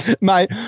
Mate